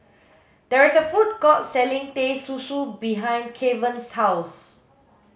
there is a food court selling teh susu behind Kevan's house